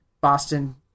boston